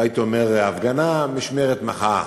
לא הייתי אומר "הפגנה" משמרת מחאה.